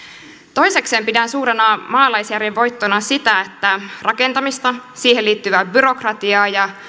toisekseen pidän suurena maalaisjärjen voittona sitä että rakentamista siihen liittyvää byrokratiaa ja